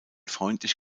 freundlich